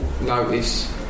notice